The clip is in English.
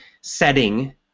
setting